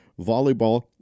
volleyball